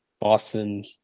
Boston